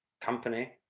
company